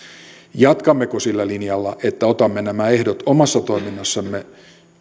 jatkammeko sillä linjalla että otamme nämä ehdot omassa toiminnassamme